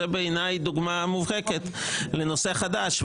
בעיניי זו דוגמה מובהקת לנושא חדש.